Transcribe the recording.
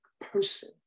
person